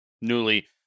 Newly